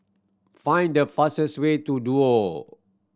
find the fastest way to Duo